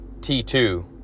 T2